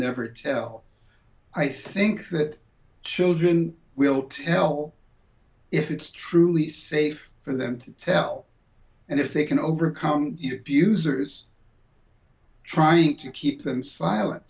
never tell i think that children will tell if it's truly safe for them to tell and if they can overcome your abusers trying to keep them silen